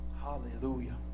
Hallelujah